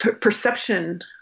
perception